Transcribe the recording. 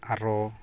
ᱟᱨᱚ